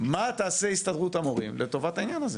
מה תעשה הסתדרות המורים לטובת העניין הזה?